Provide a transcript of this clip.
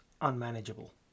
unmanageable